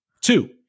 Two